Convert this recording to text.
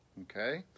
Okay